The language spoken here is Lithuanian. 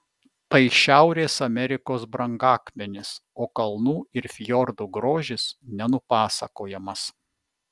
tai šiaurės amerikos brangakmenis o kalnų ir fjordų grožis nenupasakojamas